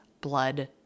blood